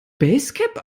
basecap